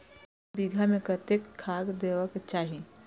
एक बिघा में कतेक खाघ देबाक चाही?